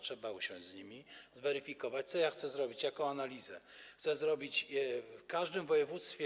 Trzeba usiąść z nimi, zweryfikować to, co chcę zrobić, jaką analizę chcę zrobić, w każdym województwie.